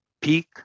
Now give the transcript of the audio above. peak